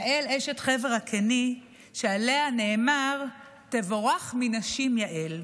יעל אשת חבר הקני, שעליה נאמר "תבֹרך מנשים יעל".